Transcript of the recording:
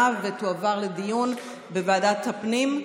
עברה בקריאה ראשונה, ותועבר לדיון בוועדת הפנים.